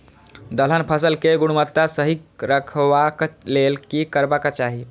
दलहन फसल केय गुणवत्ता सही रखवाक लेल की करबाक चाहि?